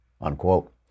Unquote